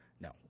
No